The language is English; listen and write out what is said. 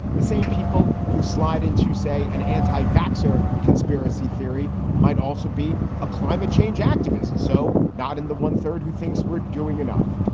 the same people who slide into, say, an anti voxer conspiracy theory might also be a climate change activist. so not in the one third who thinks we're doing enough.